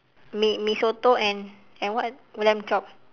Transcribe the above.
mee mee soto and and what lamb chop